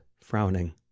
frowning